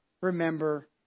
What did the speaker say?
remember